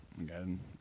again